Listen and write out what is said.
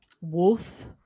Wolf